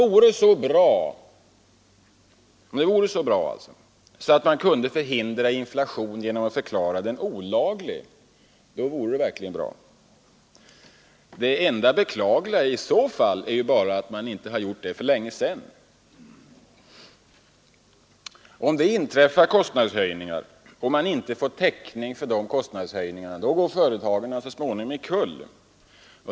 Om man kunde förhindra inflation genom att förklara den olaglig, vore det verkligen bra. Det enda beklagliga i så fall är ju att man inte gjort det för länge sedan. Om det inträffar kostnadshöjningar och man inte får täckning för dem, går företagen så småningom omkull.